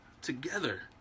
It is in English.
together